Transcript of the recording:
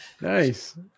Nice